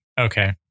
Okay